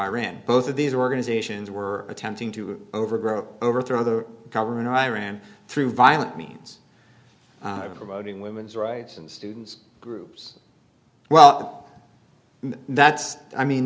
iran both of these organizations were attempting to overgrow overthrow the government of iran through violent means of promoting women's rights and students groups well that's i mean